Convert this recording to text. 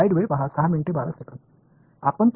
இதைக் கொண்டு கொஞ்சம் முன்னேறுவோம்